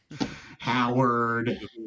Howard